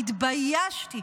אני התביישתי.